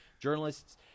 Journalists